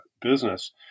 business